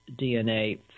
DNA